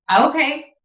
okay